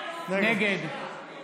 נגד